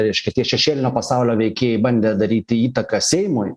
reiškia tie šešėlinio pasaulio veikėjai bandė daryti įtaką seimui